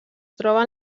troben